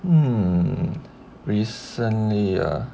um recently ah